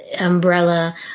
umbrella